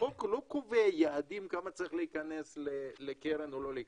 החוק לא קובע יעדים כמה צריך להיכנס לקרן או לא להיכנס,